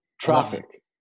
traffic